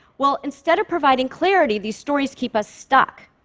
well, instead of providing clarity, these stories keep us stuck.